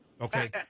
Okay